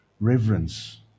reverence